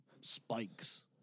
spikes